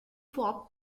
pop